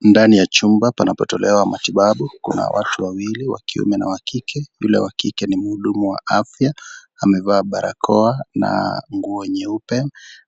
Ndani ya jumba panapotolewa matibabu, kuna watu wawili, wa kiume na wa kike, yule wa kike ni mhudumu wa afya, amevaa barakoa na nguo nyeupe,